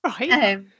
Right